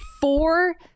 four